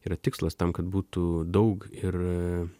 yra tikslas tam kad būtų daug ir